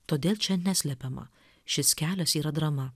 todėl čia neslepiama šis kelias yra drama